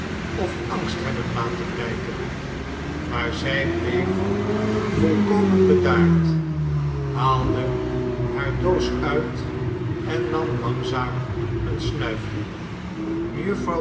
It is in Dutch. of angst hebben laten blijken maar zij bleef volkomen bedaard haalde hare doos uit en nam langzaam een snuifje